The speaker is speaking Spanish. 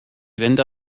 venta